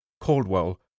Caldwell